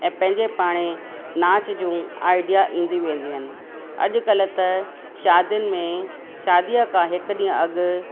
ऐं पंहिंजे पाण ई नाच जूं आइडिया ईंदियूं वेंदियूं आहिनि अॼु कल्ह त शादियुनि में शादीअ खां हिकु ॾींहुं अॻु